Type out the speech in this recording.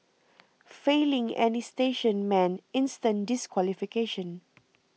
failing any station meant instant disqualification